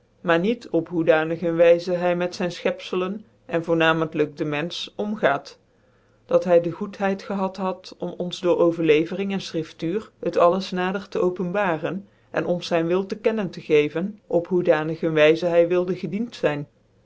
maar niet op hoedanig een wijze hy met zyn fchcpzclcn en voomamentlijk den menfeh omgaat dat hy de goctheid gehad had om ons door overlevering en schriftuur het alles nader tc openbaren cn ons zyn wil te kennen gegeven op hoedanig een wijze hy wilde gedient zyn